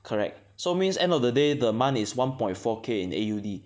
correct so means end of the day the month is one point four K in A_U_D